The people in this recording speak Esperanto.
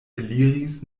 eliris